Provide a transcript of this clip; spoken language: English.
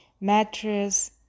mattress